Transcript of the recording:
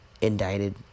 indicted